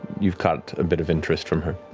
you've caught a bit of interest from her.